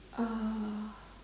uh